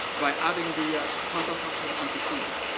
by adding the counterfactual antecedent.